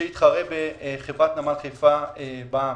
שיתחרה בחברת נמל חיפה בע"מ,